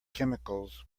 chemicals